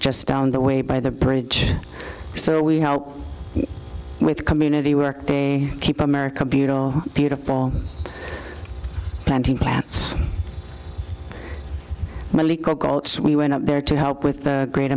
just down the way by the bridge so we help with community work they keep america beautiful beautiful planting plants and we went up there to help with the great